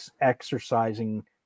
exercising